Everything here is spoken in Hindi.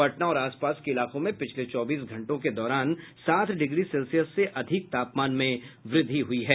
पटना और आस पास के इलाकों में पिछले चौबीस घंटों के दौरान सात डिग्री सेल्सियस से अधिक तापमान में बढ़ोतरी हुई है